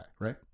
right